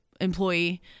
employee